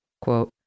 Quote